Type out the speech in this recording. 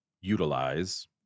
utilize